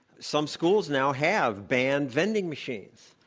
some schools now have banned vending machines.